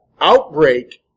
outbreak